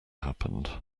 happened